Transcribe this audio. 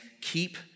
keep